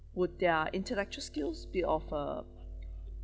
would their intellectual skills be of uh